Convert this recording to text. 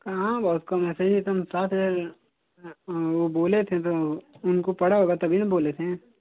कहाँ बहुत कम एसे ही तो सात हजार वो बोले थे तो उनको पड़ा होगा तभी न बोले थे